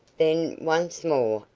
then, once more,